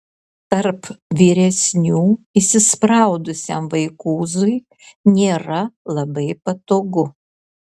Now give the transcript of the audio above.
tarp vyresnių įsispraudusiam vaikūzui nėra labai patogu